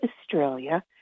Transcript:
Australia